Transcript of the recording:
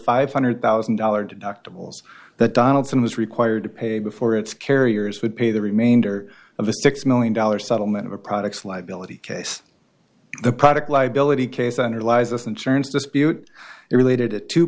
five hundred thousand dollars deductibles that donaldson was required to pay before its carriers would pay the remainder of a six million dollars settlement of a products liability case the product liability case underlies this insurance dispute related t